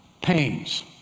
pains